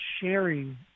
sharing